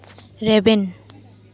ᱨᱮᱵᱮᱱ